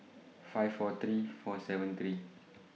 five four three four seven three